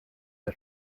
der